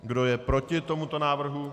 Kdo je proti tomuto návrhu?